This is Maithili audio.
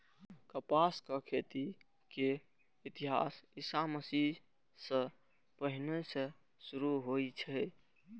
कपासक खेती के इतिहास ईशा मसीह सं पहिने सं शुरू होइ छै